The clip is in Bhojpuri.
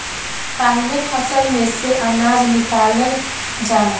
पाहिले फसल में से अनाज निकालल जाला